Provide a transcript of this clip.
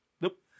Nope